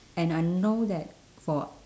and I know that for